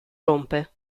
rompe